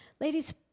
Ladies